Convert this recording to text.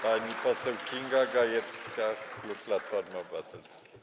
Pani poseł Kinga Gajewska, klub Platformy Obywatelskiej.